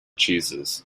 cheeses